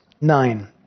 nine